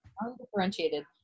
Undifferentiated